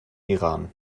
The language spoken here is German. iran